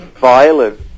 violent